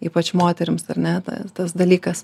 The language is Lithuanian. ypač moterims ar ne ta tas dalykas